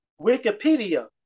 Wikipedia